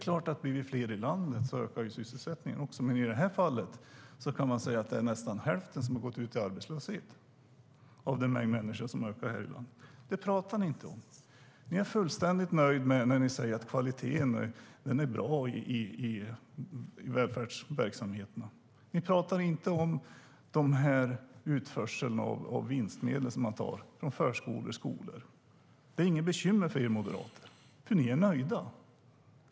Om vi blir fler i landet ökar självklart sysselsättningen, men i det här fallet kan man säga att nästan hälften av det ökade antalet människor gått ut i arbetslöshet. Det pratar ni inte om. Ni är fullständigt nöjda när ni säger att kvaliteten är bra i välfärdsverksamheterna. Ni pratar inte om utförseln av vinstmedel från förskolor och skolor. Det är inget bekymmer för er moderater, för ni är nöjda.